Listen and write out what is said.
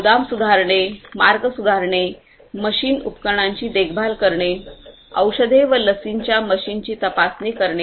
गोदाम सुधारणे मार्ग सुधारणे मशीन व उपकरणांची देखभाल करणे औषधे व लसींच्या मशीनची तपासणी करणे